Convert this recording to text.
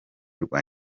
rwa